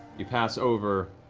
you pass over,